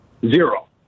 zero